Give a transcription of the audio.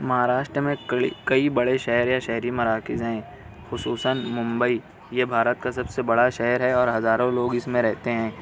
مہاراشٹر میں کئی بڑے شہر یا شہری مراکز ہیں خصوصاً ممبئی یہ بھارت کا سب سے بڑا شہر ہے اور ہزاروں لوگ اس میں رہتے ہیں